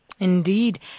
Indeed